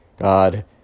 God